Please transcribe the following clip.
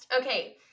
okay